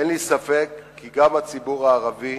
אין לי ספק כי גם הציבור הערבי,